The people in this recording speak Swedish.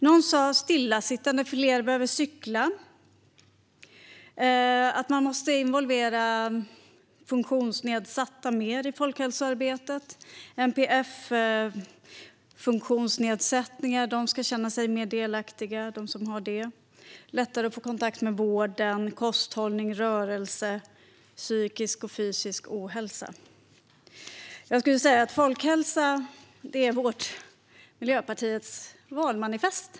Någon sa: Stillasittande. Fler behöver cykla. Man måste involvera funktionsnedsatta mer i folkhälsoarbetet. Människor som har NPF, neuropsykiatriska funktionsnedsättningar, ska känna sig mer delaktiga. Det ska vara lättare att få kontakt med vården. Kosthållning, rörelse, fysisk och psykisk ohälsa. Jag skulle vilja säga att folkhälsa är Miljöpartiets valmanifest.